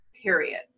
period